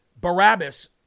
Barabbas